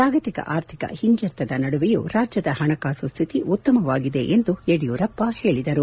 ಜಾಗತಿಕ ಆರ್ಥಿಕ ಹಿಂಜರಿತದ ನಡುವೆಯೂ ರಾಜ್ಯದ ಹಣಕಾಸು ಸ್ವಿತಿ ಚೆನ್ನಾಗಿದೆ ಎಂದು ಯಡಿಯೂರಪ್ಪ ಹೇಳಿದರು